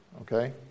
okay